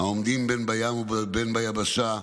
העומדים בין בים ובין ביבשה,